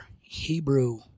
hebrew